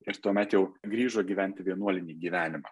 ir tuomet jau grįžo gyvent į vienuolinį gyvenimą